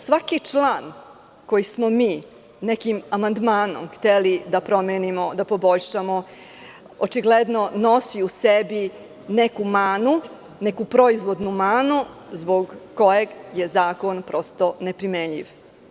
Svaki član koji smo mi nekim amandmanom hteli da promenimo, da poboljšamo, očigledno nosi u sebi neku manu, neku proizvodnu manu zbog koje je zakon prosto neprimenjiv.